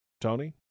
Tony